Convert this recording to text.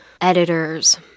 editors